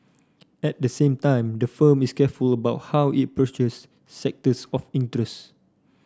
at the same time the firm is careful about how it approaches sectors of interest